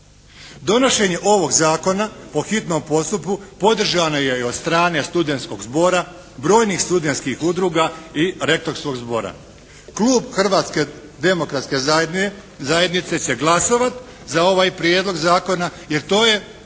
Donošenje ovog zakona po hitnom postupku podržana je i od strane studentskog zbora, brojnih studentskih udruga i rektorskog zbora. Klub Hrvatske demokratske zajednice će glasovati za ovaj prijedlog zakona jer to je